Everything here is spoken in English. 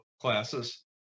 classes